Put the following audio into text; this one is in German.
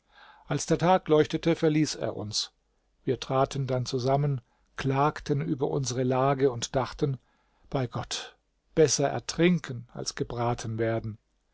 als der tag leuchtete verließ er uns wir traten dann zusammen klagten über unsere lage und dachten bei gott besser ertrinken als gebraten werden